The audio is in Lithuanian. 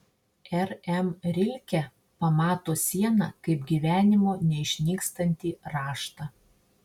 r m rilke pamato sieną kaip gyvenimo neišnykstantį raštą